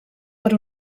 per